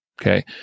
Okay